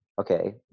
okay